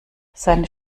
seine